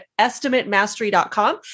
EstimateMastery.com